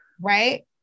right